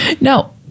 No